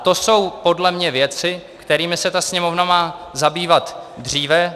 To jsou podle mě věci, kterými by se Sněmovna měla zabývat dříve.